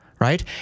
right